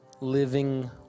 living